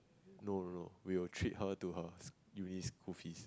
no no no we will treat her to her uni school fees